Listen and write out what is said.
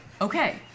Okay